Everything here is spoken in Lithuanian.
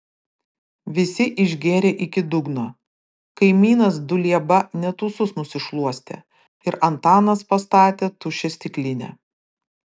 visi išgėrė iki dugno kaimynas dulieba net ūsus nusišluostė ir antanas pastatė tuščią stiklinę